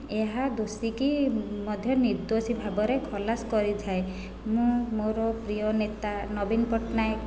ଏହା ଦୋଷୀକୁ ମଧ୍ୟ ନିର୍ଦୋଷୀ ଭାବରେ ଖଲାସ କରିଥାଏ ମୁଁ ମୋର ପ୍ରିୟ ନେତା ନବୀନ ପଟ୍ଟନାୟକ